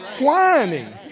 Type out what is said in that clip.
whining